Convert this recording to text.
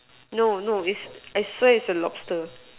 no no is not I swear is a lobster